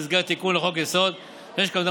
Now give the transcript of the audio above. במסגרת התיקון לחוק-יסוד: משק המדינה